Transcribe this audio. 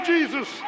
Jesus